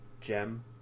gem